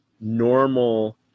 normal